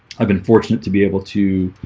i've been fortunate to be able to